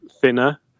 thinner